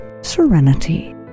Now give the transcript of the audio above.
serenity